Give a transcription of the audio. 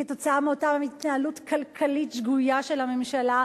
כתוצאה מאותה התנהלות כלכלית שגויה של הממשלה,